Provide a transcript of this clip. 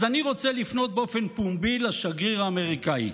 אז אני רוצה לפנות באופן פומבי לשגריר האמריקאי: